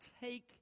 take